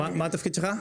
וההגירה.